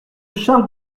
charles